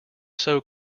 sew